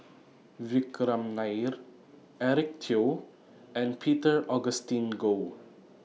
Vikram Nair Eric Teo and Peter Augustine Goh